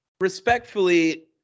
respectfully